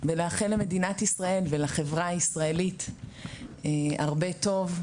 ולאחל למדינת ישראל ולחברה הישראלית הרבה טוב,